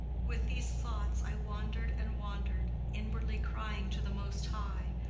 with these thoughts i wandered and wandered, inwardly crying to the most high,